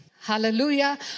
Hallelujah